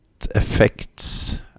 effects